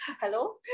hello